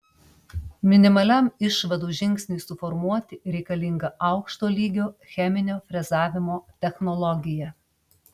minimaliam išvadų žingsniui suformuoti reikalinga aukšto lygio cheminio frezavimo technologija